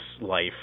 life